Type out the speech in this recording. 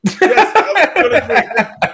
Yes